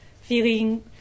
feeling